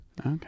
Okay